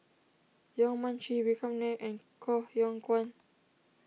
Yong Mun Chee Vikram Nair and Koh Yong Guan